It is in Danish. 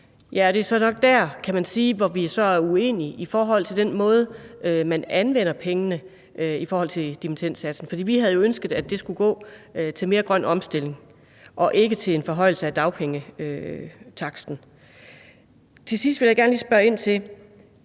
Ja, det er så nok der, kan man sige, hvor vi er uenige i forhold til den måde, man anvender pengene på i forhold til dimittendsatsen. For vi havde jo ønsket, at de skulle gå til mere grøn omstilling og ikke til en forhøjelse af dagpengesatsen. Til sidst vil jeg gerne lige spørge ind til: